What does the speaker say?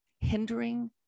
hindering